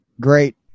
great